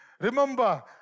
remember